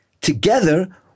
together